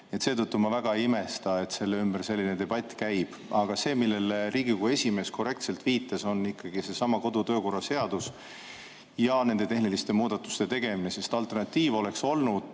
Seetõttu ma väga ei imesta, et selle ümber selline debatt käib. Aga see, millele Riigikogu esimees korrektselt viitas, on ikkagi seesama kodu- ja töökorra seadus ja nende tehniliste muudatuste tegemine. Alternatiiv oleks olnud